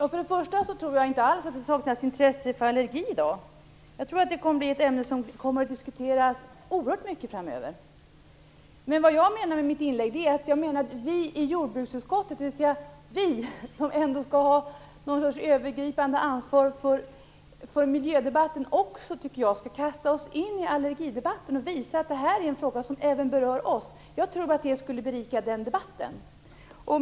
Herr talman! Jag tror inte alls att det saknas intresse för allergi i dag, jag tror att det kommer att bli ett ämne som kommer att diskuteras oerhört mycket framöver. Det jag menar med mitt inlägg är att vi i jordbruksutskottet, dvs. vi som skall ha någon sorts övergripande ansvar för miljödebatten, också skall kasta oss in i allergidebatten och visa att det är en fråga som även berör oss. Jag tror att det skulle berika den debatten.